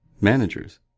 managers